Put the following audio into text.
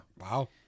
Wow